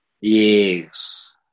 Yes